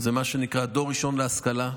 היא מה שנקרא "דור ראשון להשכלה"